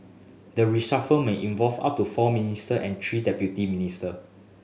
the reshuffle may involve up to four minister and three deputy minister